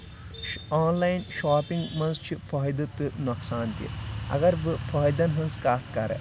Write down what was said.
آ online shopping منٛز چھِ فٲیدٕ تہٕ نۄقصان تہِ اگر بہٕ فٲیدن ہٕنٛز کتھ کرٕ